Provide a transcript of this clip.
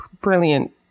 brilliant